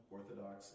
Orthodox